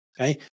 Okay